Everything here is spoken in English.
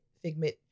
Figment